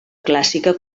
clàssica